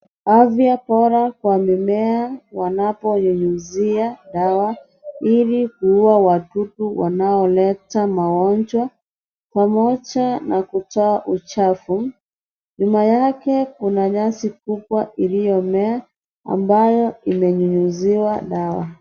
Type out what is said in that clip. Afya Bora kwa mimea wanaponyunyizia dawa Ili kuua wadudu wanaoleta magonjwa pamoja na kujaa uchafu. Nyuma yake kuna nyasi kubwa iliyomea ambayo imenyunyiziwa dawa